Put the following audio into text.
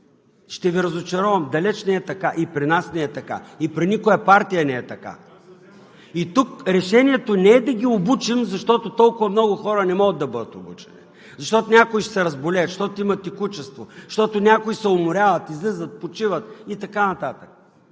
Ще Ви разочаровам – далеч не е така, и при нас не е така, и при никоя партия не е така. Тук решението не е да ги обучим, защото толкова много хора не могат да бъдат обучени, защото някои ще се разболеят, защото има текучество, защото някои се уморяват, излизат да почиват и така нататък.